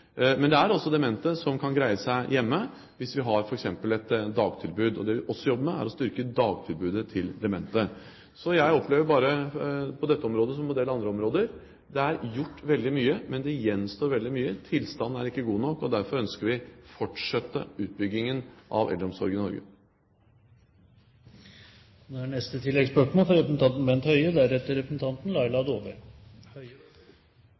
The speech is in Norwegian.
Men det er også demente som kan greie seg hjemme hvis vi f.eks. har et dagtilbud. Og vi jobber også med å styrke dagtilbudet til demente. Så jeg opplever på dette området, som på en del andre områder, at det er gjort veldig mye, men det gjenstår også veldig mye. Tilstanden er ikke god nok, og derfor ønsker vi å fortsette utbyggingen av eldreomsorgen i